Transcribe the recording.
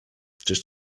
czyż